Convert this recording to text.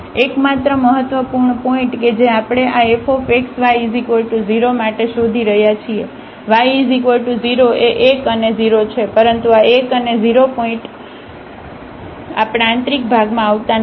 તેથી એકમાત્ર મહત્વપૂર્ણ પોઇન્ટ કે જે આપણે આ fxy0 માટે શોધી રહ્યા છીએ y 0 એ 1 અને 0 છે પરંતુ આ 1 અને 0 પોઇન્ટ આપણા આંતરિક ભાગમાં આવતા નથી